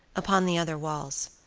upon the other walls.